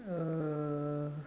uh